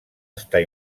estar